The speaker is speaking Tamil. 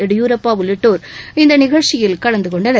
எடியூரப்பா உள்ளிட்டோா் இந்த நிகழ்ச்சியில் கலந்துகொண்டனர்